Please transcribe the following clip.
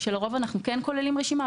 לרוב אנחנו כן כוללים רשימה.